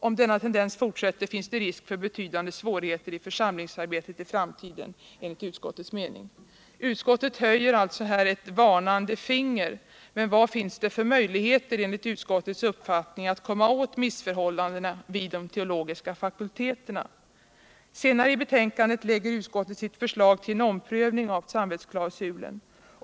Om denna tendens fortsätter finns det risk för betydande svårigheter i försaumlingsarbetet i framtiden, enligt utskottets mening. Utskottet höjer alltså här ett varnande finger, men vad finns det för möjligheter enligt utskottets uppfattning att komma åt missförhållandena vid de teologiska fakulteterna? Senare i betänkandet lägger utskottet fram sitt förslag till en omprövning av samvetsklausulen.